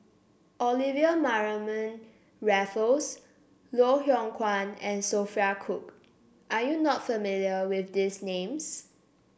Olivia Mariamne Raffles Loh Hoong Kwan and Sophia Cooke are you not familiar with these names